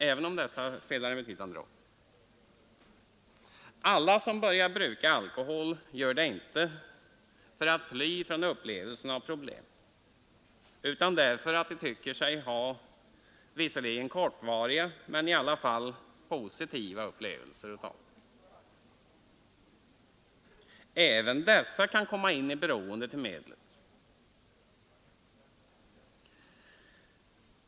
Av dem som börjar bruka alkohol gör inte alla detta för att fly från upplevelsen av problem, utan därför att de tycker sig genom alkoholen få visserligen kortvariga men i alla fall positiva upplevelser. Även dessa personer kan komma i beroende av medlet.